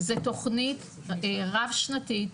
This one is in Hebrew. זה תוכנית רב שנתית,